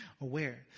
aware